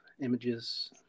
images